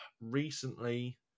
recently